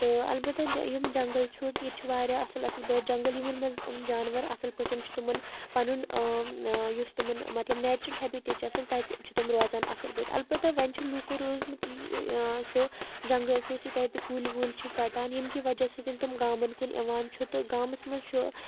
تہٕ البتہ یِم جنگل چھُ ییٚتہِ چھُ واریاہ اَصٕل اَصٕل بٔڑۍ جنگل یِمَن منٛز یِم جاناوار اَصٕل پٲٹھۍ چھِ تِمَن پَنُن یُس تٕمَن مطلب نیچرَل ہیبِٹیٹ چھِ آسان تَتہِ چھُ تم روزان اَصٕل پٲٹھۍ البتہ وۄنۍ چھِ لوٗکو روٗزمُت یہِ جنگَل تہِ چھِ تَتہِ کُلی وُلۍ چھِ ژَٹان ییٚمکہِ وَجہ سۭتۍ تِم گامَن کُن یِوان چھُ تہٕ گامَس منٛز چھُ